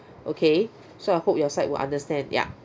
okay so I hope your side will understand yup